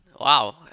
wow